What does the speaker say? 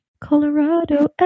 Colorado